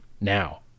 Now